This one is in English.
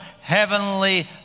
Heavenly